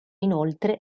inoltre